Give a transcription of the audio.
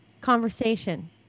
conversation